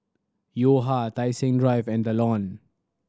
Yo Ha Tai Seng Drive and The Lawn